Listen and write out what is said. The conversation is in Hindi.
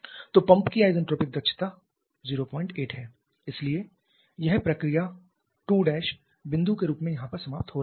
तो पंप की isentropic दक्षता 08 है इसलिए यह प्रक्रिया 2' बिंदु के रूप में यहां पर समाप्त हो रही है